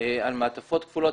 ספירות על מעטפות כפולות,